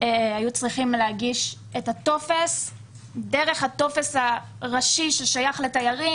היו צריכים להגיש את הטופס דרך הטופס הראשי ששייך לתיירים.